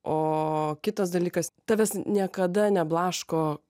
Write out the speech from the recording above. o kitas dalykas tavęs niekada neblaško